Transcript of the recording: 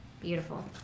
Beautiful